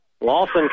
Lawson